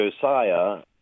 Josiah